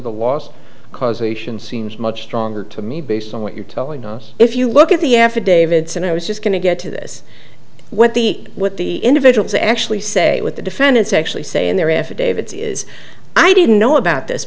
the last causation seems much stronger to me based on what you're telling us if you look at the affidavits and i was just going to get to this what the what the individuals actually say with the defendants actually say in their affidavit says i didn't know about this